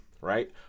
right